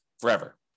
forever